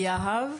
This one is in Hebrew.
הגר יהב,